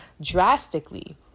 drastically